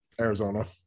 Arizona